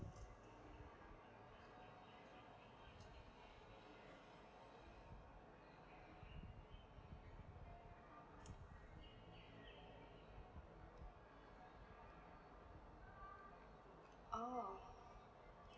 oh